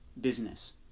business